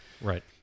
Right